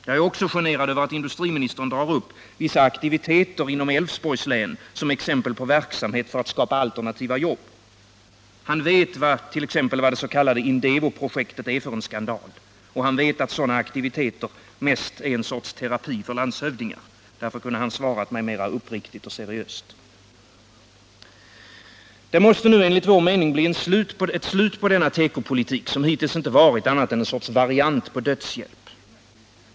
Jag är också generad över att industriministern drar upp vissa aktiviteter inom Älvsborgs län som exempel på verksamhet för att skapa alternativa jobb. Han vett.ex. vad dets.k. Indevoprojektet är för skandal och han vet att sådana aktiviteter är en sorts terapi för landshövdingar. Därför kunde han ha — Nr 36 svarat mig mer uppriktigt och seriöst. Måndagen den Det måste nu enligt vår mening bli ett slut på denna tekopolitik, som hittills 20 november 1978 bara varit en sorts variant på dödshjälp.